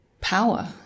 power